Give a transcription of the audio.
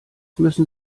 müssen